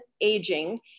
Aging